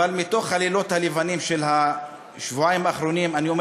אבל מתוך הלילות הלבנים של השבועיים האחרונים אני אומר